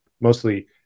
mostly